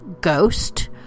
ghost